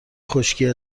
خشکی